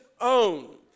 own